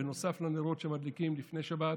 נוסף לנרות שמדליקים לפני שבת,